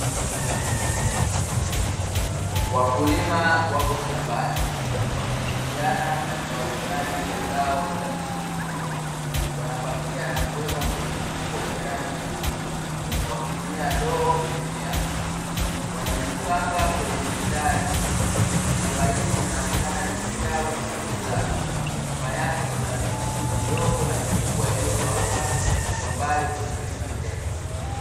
Wakulima wako shambani wakishirikiana katika uvunaji wa zao la vitunguu, wanapakia na kuweka kwenye mifuko yenye rangi nyekundu, wakitumia ndoo kupimia; wamezipanga kwenye mistari. Shamba hili linaonekana limestawi vizuri sana, nyuma yake kuna miti midogo na mikubwa iliyokauka na kwa mbali kuna milima mirefu.